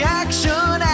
action